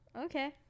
okay